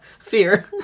Fear